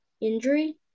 injury